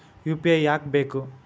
UPI ಯಾಕ್ ಬೇಕು?